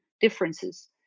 differences